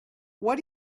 what